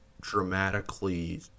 dramatically